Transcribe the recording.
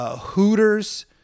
Hooters